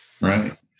Right